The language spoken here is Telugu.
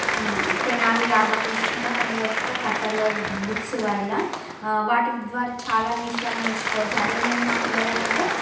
ఈ తెనాలి రామకృష్ణ ఆయన యొక్క కథలు బుక్స్ వల్ల వాటి ద్వారా చాలా విషయాలు నేర్చుకోవచ్చు అదే నేను మా పిల్లలకైతే